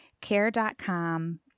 Care.com